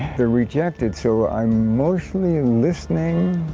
they're rejected, so i'm mostly listening